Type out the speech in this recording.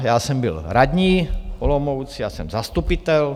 Já jsem byl radní v Olomouci a jsem zastupitel.